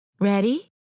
Ready